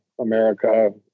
America